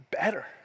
better